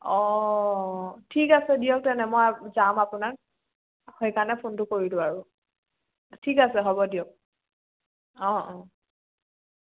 অঁ ঠিক আছে দিয়ক তেনে মই যাম আপোনাক সেইকাৰণে ফোনটো কৰিলোঁ আৰু ঠিক আছে হ'ব দিয়ক অঁ অঁ